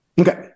Okay